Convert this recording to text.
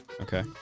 Okay